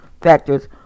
factors